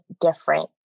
different